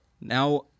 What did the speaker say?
Now